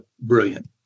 brilliant